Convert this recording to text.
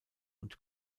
und